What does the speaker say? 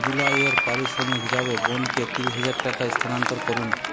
July এর পারিশ্রমিক হিসেবে বোনকে ত্রিশ টাকা স্থানান্তর করুন